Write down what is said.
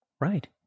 Right